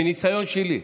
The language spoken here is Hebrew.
מניסיון שלי.